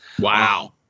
Wow